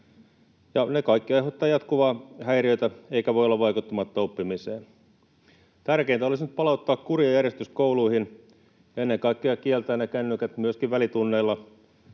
Ne kaikki aiheuttavat jatkuvaa häiriötä eivätkä voi olla vaikuttamatta oppimiseen. Tärkeintä olisi nyt palauttaa kuri ja järjestys kouluihin ja ennen kaikkea kieltää ne kännykät myöskin välitunneilla.